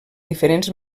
diferents